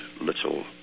little